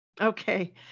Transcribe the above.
Okay